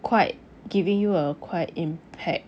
quite giving you a quite impact